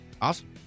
Awesome